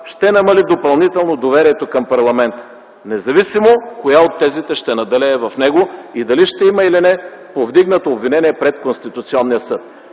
ще намали допълнително доверието към парламента, независимо коя от тезите ще надделее в него и дали ще има или не обвинение пред Конституционния съд.